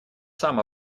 сам